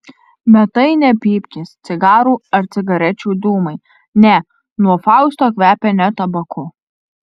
bet tai ne pypkės cigarų ar cigarečių dūmai ne nuo fausto kvepia ne tabaku